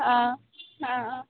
অঁ অঁ